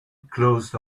closed